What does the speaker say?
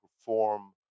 perform